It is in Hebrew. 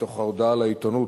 מתוך ההודעה לעיתונות,